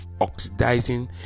oxidizing